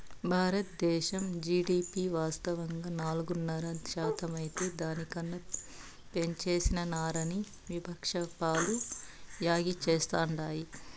బారద్దేశం జీడీపి వాస్తవంగా నాలుగున్నర శాతమైతే దాని కన్నా పెంచేసినారని విపక్షాలు యాగీ చేస్తాండాయి